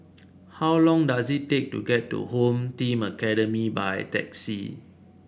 how long does it take to get to Home Team Academy by taxi